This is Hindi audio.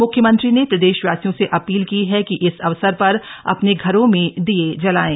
मुख्यमंत्री ने प्रदेशवासियों से अपील की है कि इस अवसर पर अपने घरों में दिये जलायें